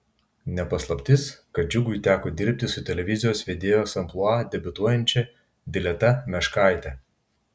ne paslaptis kad džiugui teko dirbti su televizijos vedėjos amplua debiutuojančia dileta meškaite